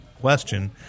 question